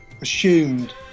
assumed